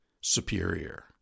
superior